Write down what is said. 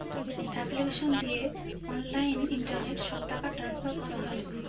application দিয়ে online internet সব টাকা ট্রান্সফার করা হয়